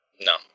no